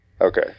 Okay